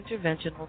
interventional